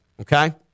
okay